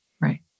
Right